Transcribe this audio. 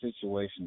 situation